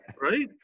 right